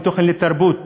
אין תכנון לתרבות,